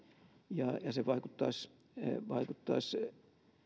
ja se vaikuttaisi vaikuttaisi